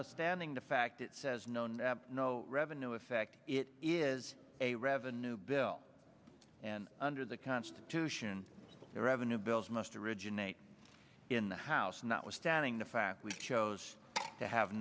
withstanding the fact it says no no no revenue effect it is a revenue bill and under the constitution the revenue bills must originate in the house notwithstanding the fact we chose to have